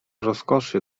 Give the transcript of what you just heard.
rozkoszy